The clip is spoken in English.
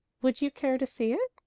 would you care to see it?